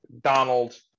Donald